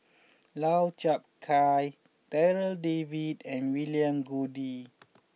Lau Chiap Khai Darryl David and William Goode